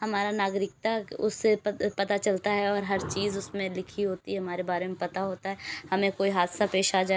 ہمارا ناگرکتا اس سے پتہ چلتا ہے اور ہر چیز اس میں لکھی ہوتی ہے ہمارے بارے میں پتہ ہوتا ہے ہمیں کوئی حادثہ پیش آ جائے